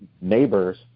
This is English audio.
neighbors